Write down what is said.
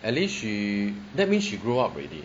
at least she that means she grow up already